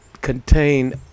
contain